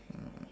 um